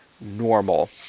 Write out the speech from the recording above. normal